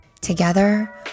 Together